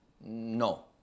No